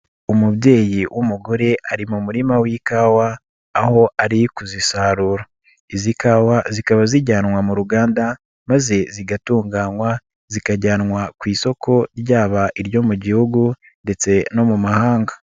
Umubyeyi w'umugore ari mu murima w'ikawa, aho ari kuzisarura. Izi kawa zikaba zijyanwa mu ruganda maze zigatunganywa, zikajyanwa ku isoko ryaba iryo mu gihugu ndetse no mu mahanga.